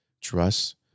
trust